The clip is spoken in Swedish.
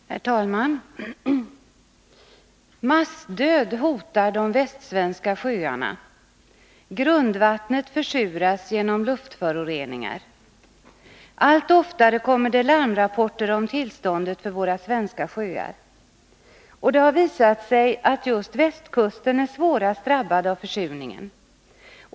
Herr talman! Massdöd hotar de västsvenska sjöarna! Grundvattnet försuras genom luftföroreningar! Allt oftare kommer det larmrapporter om tillståndet för våra svenska sjöar. Det har visat sig, att just västkusten är svårast drabbad av försurningen.